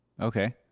Okay